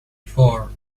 four